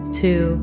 two